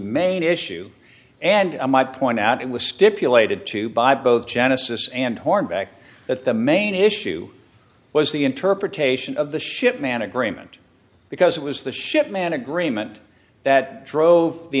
main issue and i might point out it was stipulated to by both genesis and horn back that the main issue was the interpretation of the ship man agreement because it was the ship man agreement that drove the